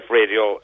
radio